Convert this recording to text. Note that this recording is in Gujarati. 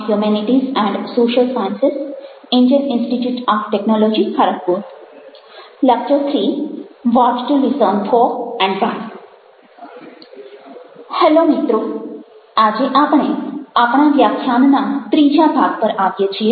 હેલ્લો મિત્રો આજે આપણે આપણા વ્યાખ્યાનના ત્રીજા ભાગ પર આવીએ છીએ